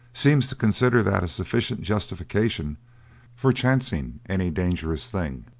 seems to consider that a sufficient justification for chancing any dangerous thing.